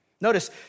Notice